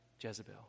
Jezebel